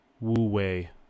Wu-wei